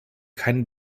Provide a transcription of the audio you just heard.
keinen